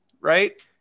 right